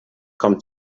kommt